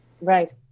Right